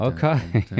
Okay